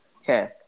Okay